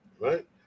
right